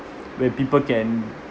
where people can